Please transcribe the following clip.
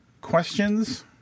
questions